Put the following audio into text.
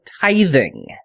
tithing